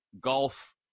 golf